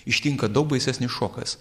ištinka daug baisesnis šokas